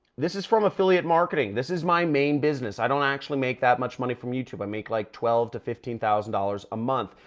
this is from affiliate marketing. this is my main business. i don't actually make that much money from youtube. i make like twelve to fifteen thousand dollars a month.